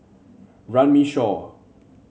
Runme Shaw